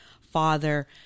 father